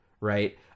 right